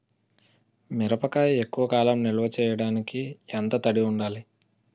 మిరపకాయ ఎక్కువ కాలం నిల్వ చేయటానికి ఎంత తడి ఉండాలి?